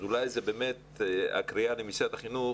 אז אולי הקריאה למשרד החינוך